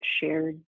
shared